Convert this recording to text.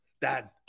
Dad